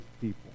people